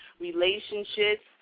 relationships